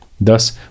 Thus